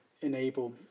enable